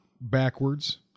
backwards